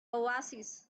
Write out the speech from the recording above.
oasis